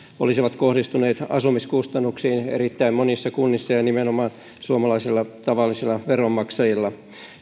olisivat kohdistuneet asumiskustannuksiin erittäin monissa kunnissa ja nimenomaan suomalaisilla tavallisilla veronmaksajilla